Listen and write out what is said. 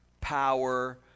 power